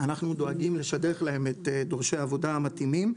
אנחנו דואגים לשדך להם את דורשי העבודה המתאימים.